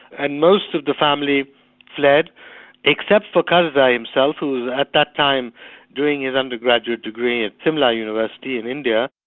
and most of the family fled except for karzai himself who was at that time doing his undergraduate degree in simla university in india.